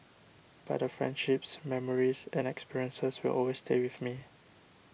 but the friendships memories and experiences will always stay with me